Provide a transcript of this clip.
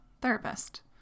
therapist